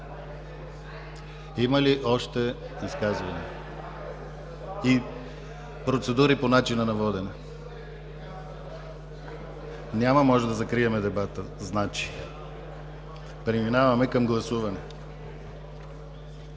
Има ли още изказвания и процедури по начина на водене? Няма. Можем да закрием дебата. Преминаваме към гласуване.